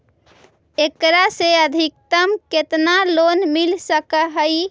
एकरा से अधिकतम केतना लोन मिल सक हइ?